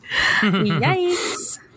Yikes